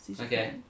Okay